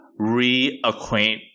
reacquaint